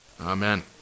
Amen